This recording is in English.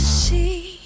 see